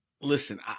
Listen